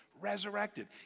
resurrected